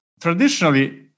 traditionally